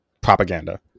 propaganda